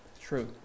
true